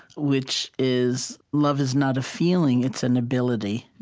which is love is not a feeling, it's an ability.